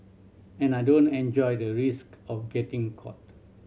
and I don't enjoy the risk of getting caught